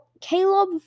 Caleb